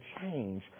change